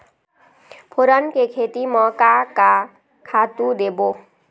फोरन के खेती म का का खातू देबो?